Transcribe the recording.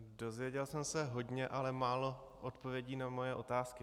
Dozvěděl jsem se hodně, ale málo odpovědí na svoje otázky.